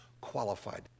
qualified